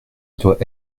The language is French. doit